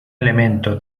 elemento